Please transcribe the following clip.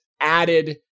added